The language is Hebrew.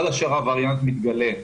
עד אשר הווריאנט מתגלה,